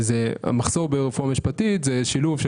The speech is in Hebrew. מחסור ברפואה משפטית זה שילוב של